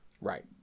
Right